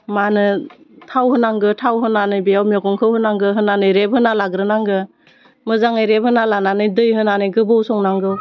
मा होनो थाव होनांगो थाव होनानै बेयाव मैगंखौ होनांगो होनानै रेबहोना लाग्रोनांगो मोजाङै रेबहोना लानानै दै होनानै गोबाव संनांगौ